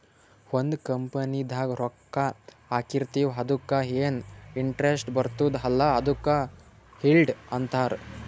ಒಂದ್ ಕಂಪನಿದಾಗ್ ರೊಕ್ಕಾ ಹಾಕಿರ್ತಿವ್ ಅದುಕ್ಕ ಎನ್ ಇಂಟ್ರೆಸ್ಟ್ ಬರ್ತುದ್ ಅಲ್ಲಾ ಅದುಕ್ ಈಲ್ಡ್ ಅಂತಾರ್